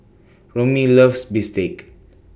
Romie loves Bistake